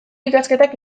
ikasketak